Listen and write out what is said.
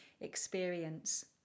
experience